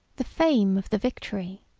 the fame of the victory,